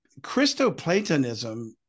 Christoplatonism